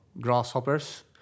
grasshoppers